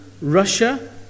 Russia